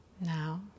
Now